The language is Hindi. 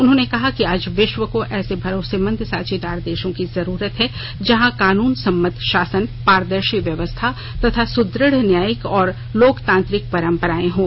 उन्होंने कहा कि आज विश्व को ऐसे भरोसेमंद साझीदार देशों की जरूरत है जहां कानून सम्मत शासन पारदर्शी व्यवस्था तथा सुदृढ़ न्यायिक और लोकतांत्रिक परंपराएं हों